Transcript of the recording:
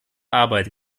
arbeit